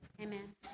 Amen